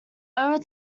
over